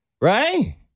Right